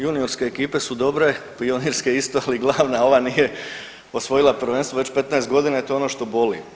Juniorske ekipe su dobre, pionirske isto, ali glavna ova nije osvojila prvenstvo već 15 godina i to je ono što boli.